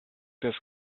this